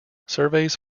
surveys